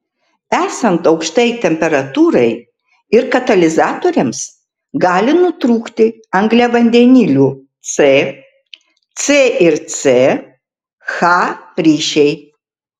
esant aukštai temperatūrai ir katalizatoriams gali nutrūkti angliavandenilių c c ir c h ryšiai